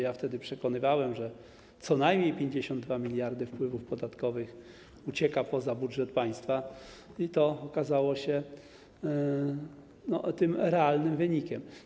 Ja wtedy przekonywałem, że co najmniej 52 mld zł wpływów podatkowych ucieka poza budżet państwa i to okazało się tą realną kwotą.